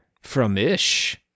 from-ish